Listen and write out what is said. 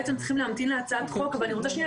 בעצם צריכים להמתין להצעת חוק אבל אני רוצה שנייה